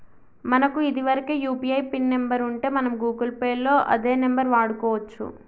మనకు ఇదివరకే UPI pin number ఉంటే మనం గూగుల్ పే లో అదే నెంబర్ వాడుకోవచ్చు